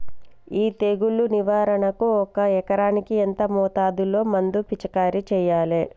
ఈ తెగులు నివారణకు ఒక ఎకరానికి ఎంత మోతాదులో మందు పిచికారీ చెయ్యాలే?